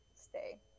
Stay